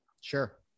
Sure